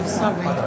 sorry